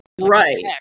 right